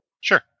Sure